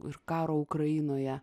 ir karo ukrainoje